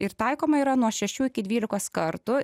ir taikoma yra nuo šešių iki dvylikos kartų